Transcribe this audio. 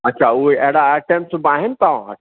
अच्छा उहे अहिड़ा आइटम सुभाणे आहिनि तव्हां वटि